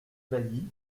bailly